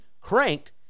cranked